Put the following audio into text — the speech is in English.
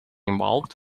involved